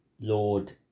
Lord